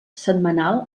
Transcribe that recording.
setmanal